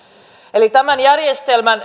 eli kun tämän järjestelmän